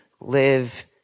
live